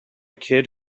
kid